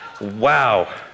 wow